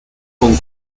con